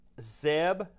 Zeb